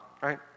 right